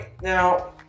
now